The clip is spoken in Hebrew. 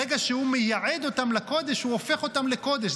ברגע שהוא מייעד אותן לקודש הוא הופך אותן לקודש.